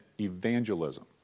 evangelism